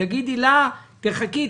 תגידי לה: "תחכי,